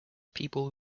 peebles